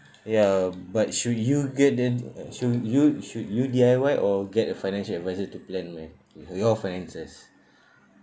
ya but should you get an uh should you should you D_I_Y or get a financial advisor to plan yo~ your finances